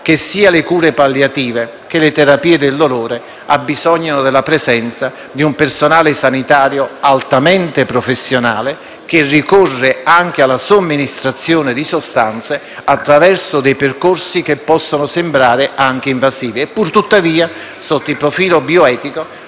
che sia le cure palliative che le terapie del dolore abbisognano della presenza di un personale sanitario altamente professionale che ricorre anche alla somministrazione di sostanze attraverso percorsi che possono sembrare anche invasivi e purtuttavia, sotto il profilo bioetico,